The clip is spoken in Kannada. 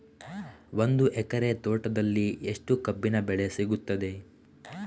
ಒಂದು ಎಕರೆ ತೋಟದಲ್ಲಿ ಎಷ್ಟು ಕಬ್ಬಿನ ಬೆಳೆ ಸಿಗುತ್ತದೆ?